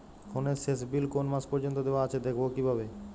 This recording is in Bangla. ফোনের শেষ বিল কোন মাস পর্যন্ত দেওয়া আছে দেখবো কিভাবে?